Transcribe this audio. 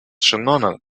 шеннона